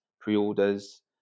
pre-orders